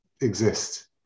exist